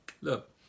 Look